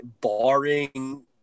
barring